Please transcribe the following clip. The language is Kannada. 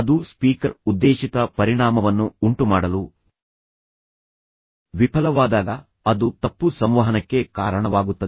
ಅದು ಸ್ಪೀಕರ್ ಉದ್ದೇಶಿತ ಪರಿಣಾಮವನ್ನು ಉಂಟುಮಾಡಲು ವಿಫಲವಾದಾಗ ಅದು ತಪ್ಪು ಸಂವಹನಕ್ಕೆ ಕಾರಣವಾಗುತ್ತದೆ